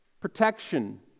protection